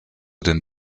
den